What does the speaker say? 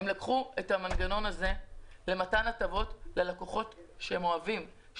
הם לקחו את המנגנון הזה למתן הטבות ללקוחות שהם אוהבים,